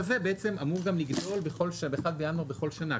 האחוז הזה אמור לגדול ב-1 בינואר בכל שנה.